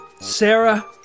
Sarah